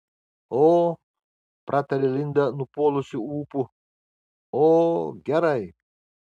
o pratarė linda nupuolusiu ūpu o gerai